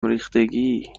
ریختگی